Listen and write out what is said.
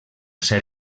ser